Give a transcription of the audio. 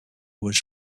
was